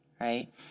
right